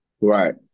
Right